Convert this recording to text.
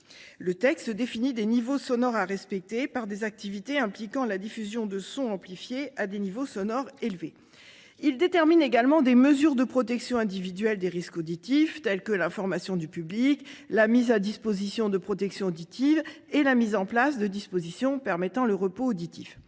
Le texte définit des niveaux sonores à respecter par des activités impliquant la diffusion de sons amplifiés à des niveaux sonores élevés. Il détermine également des mesures de protection individuelle des risques auditifs tels que l'information du public, la mise à disposition de protection auditive et la mise en place de dispositions permettant le repos auditif.